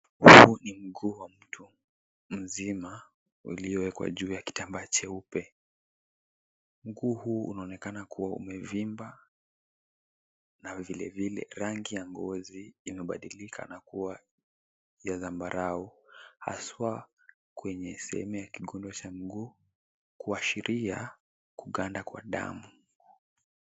Huu ni mguu wa mtu mzima ulioekwa juu ya kitambaa cheupe, mguu huu unaonekana kua umevimba na vile vile rangi ya ngozi imebadilika na kua ya dhambarau haswa kwenye sehemu ya kikolo cha mguu kuashiria kuganda kwa damu.